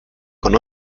con